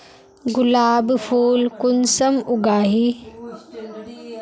गुलाब फुल कुंसम उगाही?